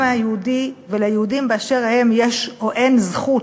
היהודי וליהודים באשר הם יש או אין זכות,